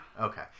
Okay